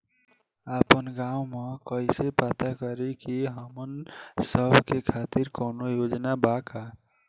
आपन गाँव म कइसे पता करि की हमन सब के खातिर कौनो योजना बा का?